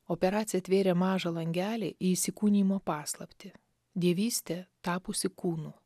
operacija atvėrė mažą langelį į įsikūnijimo paslaptį dievystė tapusi kūnu